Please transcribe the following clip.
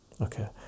okay